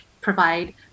provide